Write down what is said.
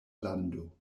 lando